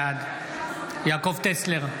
בעד יעקב טסלר,